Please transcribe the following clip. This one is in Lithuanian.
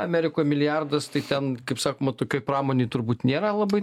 amerikoj milijardas tai ten kaip sakoma tokioj pramonėj turbūt nėra labai